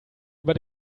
über